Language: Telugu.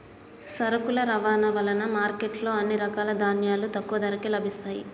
సరుకుల రవాణా వలన మార్కెట్ లో అన్ని రకాల ధాన్యాలు తక్కువ ధరకే లభిస్తయ్యి